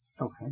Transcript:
Okay